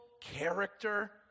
character